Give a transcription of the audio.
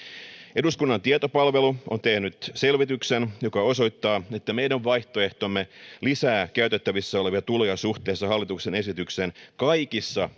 eduskunnan tietopalvelu on tehnyt selvityksen joka osoittaa että meidän vaihtoehtomme lisää käytettävissä olevia tuloja suhteessa hallituksen esitykseen kaikissa